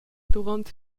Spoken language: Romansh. duront